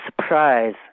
surprise